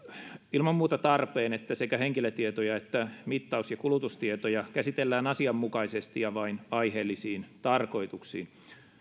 ilman muuta tarpeen että sekä henkilötietoja että mittaus ja kulutustietoja käsitellään asianmukaisesti ja vain aiheellisiin tarkoituksiin